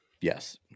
Yes